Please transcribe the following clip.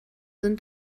sind